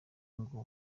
ngo